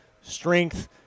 strength